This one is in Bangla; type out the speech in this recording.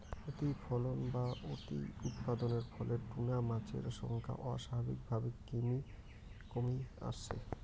অতিফলন বা অতিউৎপাদনের ফলে টুনা মাছের সংখ্যা অস্বাভাবিকভাবে কমি আসছে